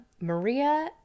Maria